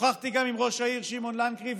שוחחתי גם עם ראש העיר שמעון לנקרי,